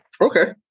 Okay